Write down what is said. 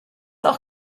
auch